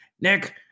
Nick